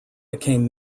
became